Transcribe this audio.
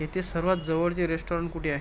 येथे सर्वात जवळचे रेस्टॉरंट कुठे आहे